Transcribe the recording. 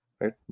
right